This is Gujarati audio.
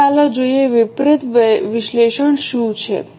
હવે ચાલો જોઈએ વિપરિત વિશ્લેષણ શું છે